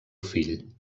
fill